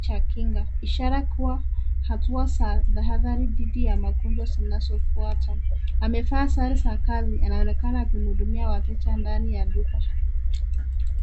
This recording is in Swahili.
cha kinga, ishara kuwa hatua za tahadhari dhidi ya magonjwa zinazofuata . Amevaa sare za kazi. Anaonekana akimhudumia wateja ndani ya duka.